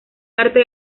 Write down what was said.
arte